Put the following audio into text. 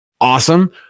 awesome